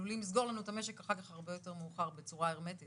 עלולים לסגור לנו את המשק אחר כך הרבה יותר מאוחר בצורה הרמטית